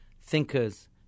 thinkers